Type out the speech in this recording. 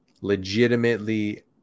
legitimately